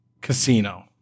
casino